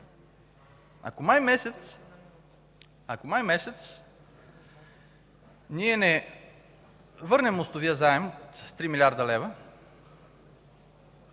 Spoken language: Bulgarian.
през май месец ние не върнем мостовия заем от 3 млрд. лв.,